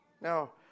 Now